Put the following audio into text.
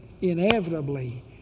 inevitably